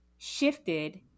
shifted